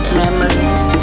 memories